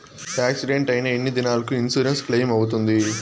Accident అయిన ఎన్ని దినాలకు ఇన్సూరెన్సు క్లెయిమ్ అవుతుంది?